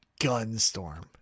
Gunstorm